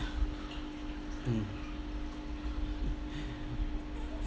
mm